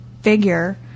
figure